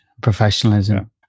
professionalism